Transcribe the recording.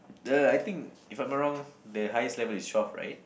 the I think if I'm not wrong the highest level is twelve right